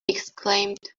exclaimed